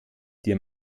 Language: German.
dir